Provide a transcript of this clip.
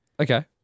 Okay